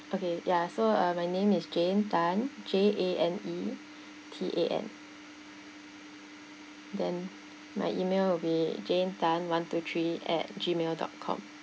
okay ya so uh my name is jane tan J A N E T A N then my email will be jane tan one two three at Gmail dot com